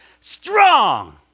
strong